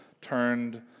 turned